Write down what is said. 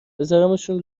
بزارمشون